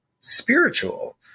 spiritual